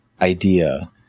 idea